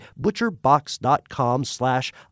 butcherbox.com/slash